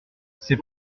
c’est